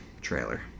trailer